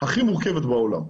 הכי מורכבת בעולם.